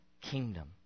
kingdom